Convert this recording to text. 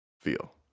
feel